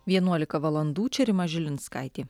vienuolika valandų čia rima žilinskaitė